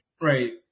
right